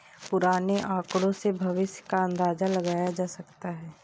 पुराने आकड़ों से भविष्य का अंदाजा लगाया जा सकता है